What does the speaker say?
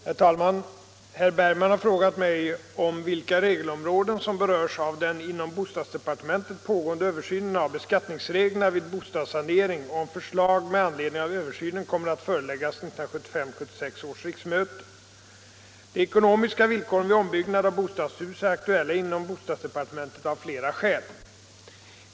Herr talman! Herr Bergman i Göteborg har frågat mig vilka regelområden som berörs av den inom bostadsdepartementet pågående översynen av beskattningsreglerna vid bostadssanering, och om förslag med anledning av översynen kommer att föreläggas 1975/76 års riksmöte. De ekonomiska villkoren vid ombyggnad av bostadshus är aktuella inom bostadsdepartementet av flera skäl.